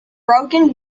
broken